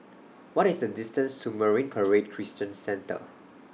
What IS The distance to Marine Parade Christian Centre